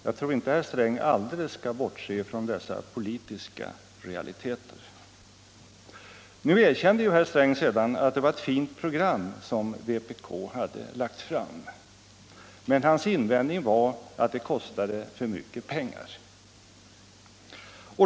Jag tror inte herr Sträng alldeles skall bortse från dessa politiska realiteter. Nu erkänner herr Sträng att det var ett fint program som vpk hade lagt fram, men hans invändning var att det kostade för mycket pengar.